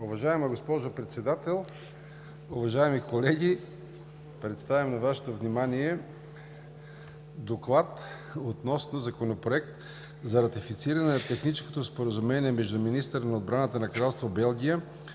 Уважаема госпожо Председател, уважаеми колеги! Представям на Вашето внимание: „ДОКЛАД относно Законопроект за ратифициране на Техническо споразумение между министъра на отбраната на Кралство Белгия,